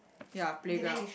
ya playground